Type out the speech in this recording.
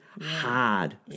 hard